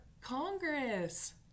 Congress